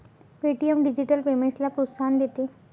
Paytm digital पेमेंट्सला प्रोत्साहन देते